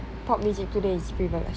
pop music today is frivolous